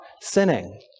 sinning